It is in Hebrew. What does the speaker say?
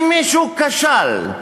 אם מישהו כשל,